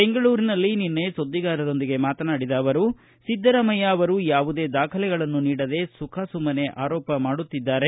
ಬೆಂಗಳೂರಿನಲ್ಲಿ ನಿನ್ನೆ ಸುದ್ದಿಗಾರರೊಂದಿಗೆ ಮಾತನಾಡಿದ ಅವರು ಸಿದ್ದರಾಮಯ್ಕ ಅವರು ಯಾವುದೇ ದಾಖಲೆಗಳನ್ನು ನೀಡದೇ ಸುಖಾಸುಮ್ಮನೇ ಆರೋಪ ಮಾಡುತ್ತಿದ್ದಾರೆ